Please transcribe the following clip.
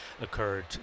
occurred